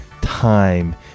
time